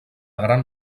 gran